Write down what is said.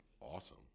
Awesome